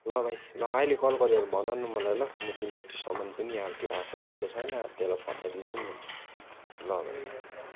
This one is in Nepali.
ल भाइ ल अहिले कल गरेर भन न मलाई ल म तिम्रो त्यो सामान पनि अब त्यो आएको अब त्यो राम्रो छैन अब त्यसलाई फर्काइदिन्छु नि ल भाइ ल